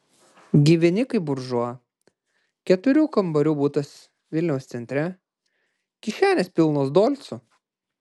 gyveni kaip buržua keturių kambarių butas vilniaus centre kišenės pilnos dolcų